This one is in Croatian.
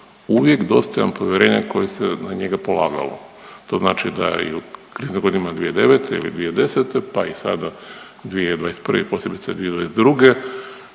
uvijek dostojan povjerenja koji se na njega polagalo. To znači i u kriznim godinama 2009. ili 2010. pa i sada 2021. i posebice 2022.